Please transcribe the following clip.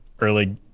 early